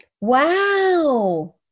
Wow